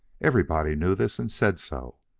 everybody knew this, and said so.